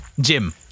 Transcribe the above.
Jim